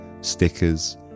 stickers